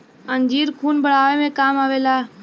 अंजीर खून बढ़ावे मे काम आवेला